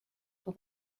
for